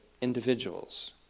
individuals